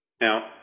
Now